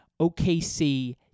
OKC